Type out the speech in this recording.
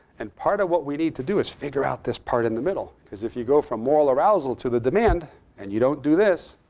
and part of what we need to do is figure out this part in the middle, because if you go from moral arousal to the demand and you don't do this,